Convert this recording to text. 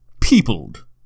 peopled